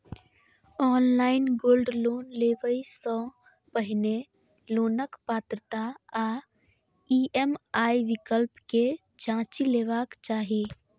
online gold loan लेबय सं पहिने लोनक पात्रता आ ई.एम.आई विकल्प कें जांचि लेबाक चाही